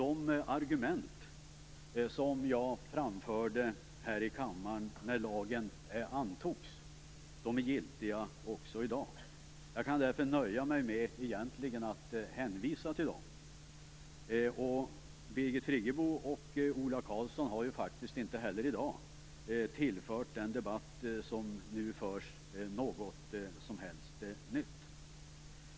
De argument som jag framförde här i kammaren när lagen antogs är giltiga också i dag. Jag kan därför egentligen nöja mig med att hänvisa till dem. Birgit Friggebo och Ola Karlsson har i dag faktiskt inte heller tillfört den debatt som nu förs något som helst nytt.